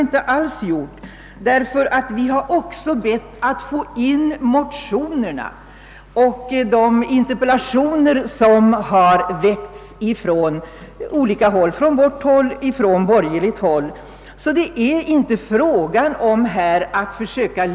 Lägg märke till att det är utöver de 86 kommuner där initiativet redovisats som socialdemokratiskt.